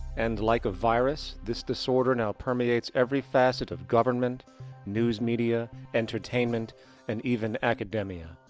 and, like a virus, this disorder now permeates every facet of. government news media entertainment and even academia.